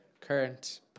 current